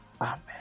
Amen